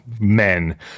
men